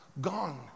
gone